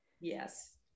Yes